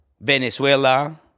Venezuela